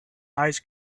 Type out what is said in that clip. eyes